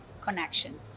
connection